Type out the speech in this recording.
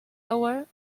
our